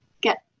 get